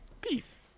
peace